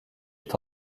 est